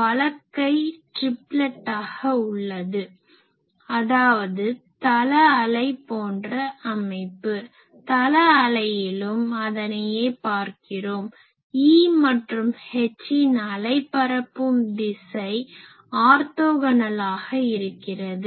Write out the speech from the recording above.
வலக்கை ட்ரிப்லெட்டாக உள்ளது அதாவது தள அலை போன்ற அமைப்பு தள அலையிலும் அதனையே பார்க்கிறோம் E மற்றும் H இன் அலை பரப்பும் திசை ஆர்த்தோகோனலாக இருக்கிறது